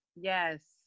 yes